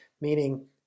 meaning